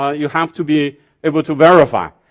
you have to be able to verify.